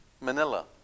Manila